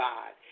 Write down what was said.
God